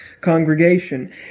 congregation